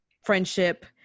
friendship